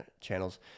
channels